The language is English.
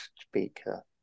speaker